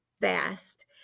best